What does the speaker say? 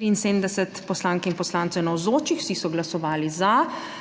proti. (Za je glasovalo 73.) (Proti nihče.)